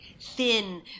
Thin